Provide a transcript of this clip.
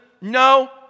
No